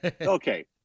okay